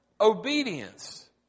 obedience